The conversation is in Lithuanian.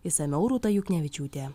išsamiau rūta juknevičiūtė